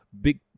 Big